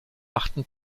achten